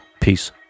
Peace